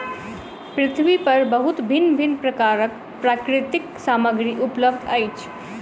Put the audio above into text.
पृथ्वी पर बहुत भिन्न भिन्न प्रकारक प्राकृतिक सामग्री उपलब्ध अछि